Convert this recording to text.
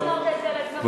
אתה לא אמרת את זה על עצמך,